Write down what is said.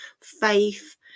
faith